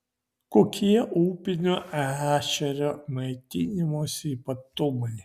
kokie upinio ešerio maitinimosi ypatumai